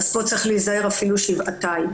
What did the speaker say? כאן צריך להיזהר אפילו שבעתיים.